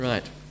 Right